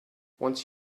once